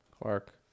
Clark